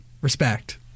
Respect